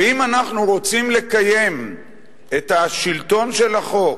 ואם אנחנו רוצים לקיים את השלטון של החוק,